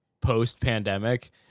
post-pandemic